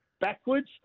backwards